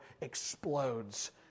explodes